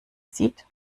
sieht